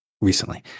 recently